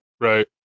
Right